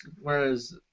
whereas